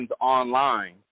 online